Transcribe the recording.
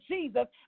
Jesus